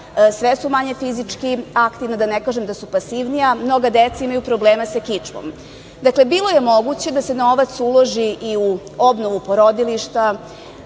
sve su manje fizički aktivna, da ne kažem da su pasivnija, mnoga deca imaju probleme sa kičmom. Dakle, bilo je moguće da se novac uloži i u obnovu porodilišta,